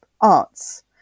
arts